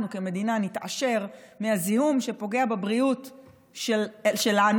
כמדינה נתעשר מהזיהום שפוגע בבריאות שלנו,